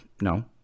no